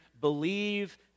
believe